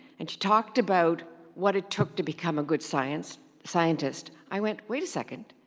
and she talked about what it took to become a good scientist scientist i went wait a second,